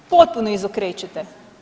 Potpuno izokrećete.